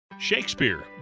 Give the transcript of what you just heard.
Shakespeare